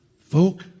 Folk